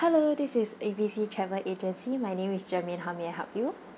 hello this is A B C travel agency my name is germaine how may I help you